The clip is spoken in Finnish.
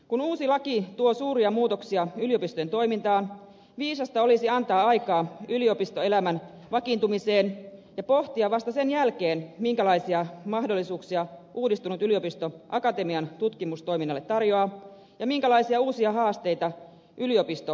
kun uusi laki tuo suuria muutoksia yliopistojen toimintaan viisasta olisi antaa aikaa yliopistoelämän vakiintumiseen ja pohtia vasta sen jälkeen minkälaisia mahdollisuuksia uudistunut yliopisto akatemian tutkimustoiminnalle tarjoaa ja minkälaisia uusia haasteita yliopisto tutkimustoiminnalle antaa